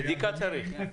בדיקה צריך.